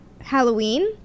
Halloween